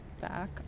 back